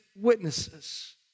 witnesses